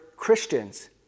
Christians